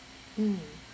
mm